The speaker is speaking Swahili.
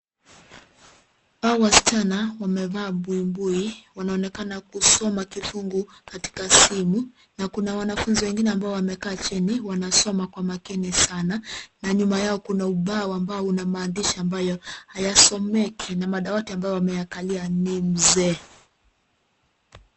Hawa wasichana wamevaa buibui, wanaonekana kusoma kifungu katika simu na kuna wanafunzi wengine ambao wamekaa chini, wanasoma kwa makini sana na nyuma yao kuna ubao ambao una maandishi ambayo, hayasomeki na madawati ambayo wameyakalia ni mzee.